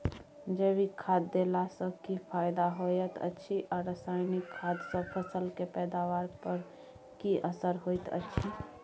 जैविक खाद देला सॅ की फायदा होयत अछि आ रसायनिक खाद सॅ फसल के पैदावार पर की असर होयत अछि?